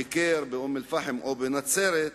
ביקר באום-אל-פחם או בנצרת,